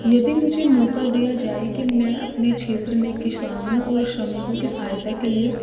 यदि मुझे मौका दिया जाए कि मैं अपने क्षेत्र में किसानों और श्रमिकों की सहायता के लिए